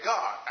God